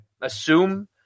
assume